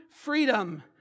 freedom